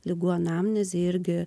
ligų anamnezė irgi